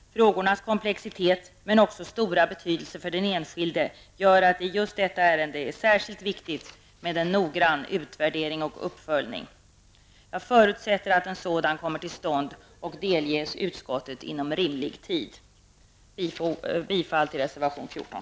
Frågornas komplexitet men också deras stora betydelse för den enskilde gör att det i just detta ärende är särskilt viktigt med en noggrann utvärdering och uppföljning. Jag förutsätter att en sådan kommer till stånd och delges utskottet inom rimlig tid. Jag yrkar bifall till reservation nr 14.